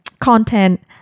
content